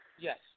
Yes